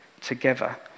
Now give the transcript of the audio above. together